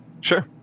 Sure